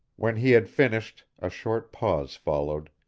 when he had finished, a short pause followed,